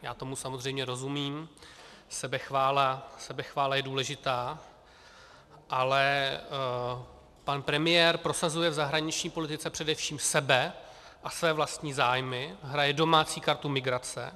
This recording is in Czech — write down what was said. Já tomu samozřejmě rozumím, sebechvála je důležitá, ale pan premiér prosazuje v zahraniční politice především sebe a své vlastní zájmy, hraje domácí kartu migrace.